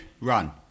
run